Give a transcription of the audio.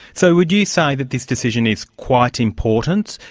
so would you say that this decision is quite important?